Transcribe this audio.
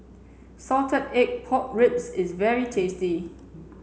salted egg pork ribs is very tasty